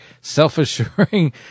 self-assuring